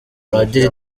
padiri